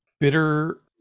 bitter